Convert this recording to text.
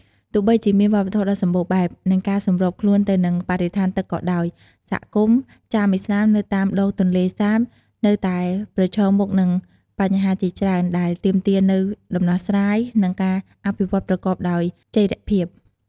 ទោះបីជាមានវប្បធម៌ដ៏សម្បូរបែប និងការសម្របខ្លួនទៅនឹងបរិស្ថានទឹកក៏ដោយ សហគមន៍ ចាមឥស្លាម នៅតាមដងទន្លេសាបនៅតែប្រឈមមុខនឹងបញ្ហាជាច្រើន ដែលទាមទារនូវដំណោះស្រាយ និងការអភិវឌ្ឍន៍ប្រកបដោយចីរភាព។